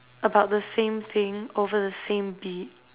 about the same thing over the same beat